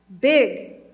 big